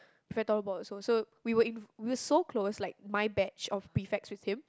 if we're also so so we were in we're so close like my batch of prefects with him